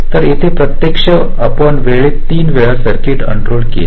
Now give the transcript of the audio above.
तर येथे प्रत्यक्षात आपण वेळेत 3 वेळा सर्किट अनरोल केले